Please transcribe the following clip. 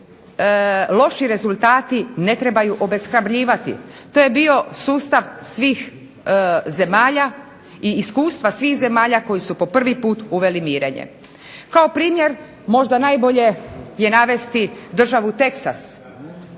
loši rezultati ne trebaju obeshrabrivati. To je bio sustav svih zemalja i iskustva svih zemalja koji su po prvi put uveli mirenje. Kao primjer možda najbolje je navesti državu Texas